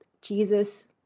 Jesus